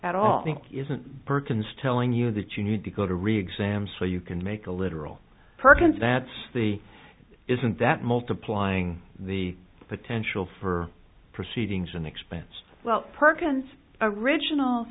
at all think isn't perkins telling you that you need to go to re exam so you can make a literal perkins that's the isn't that multiplying the potential for proceedings in expense well perkins original